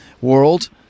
World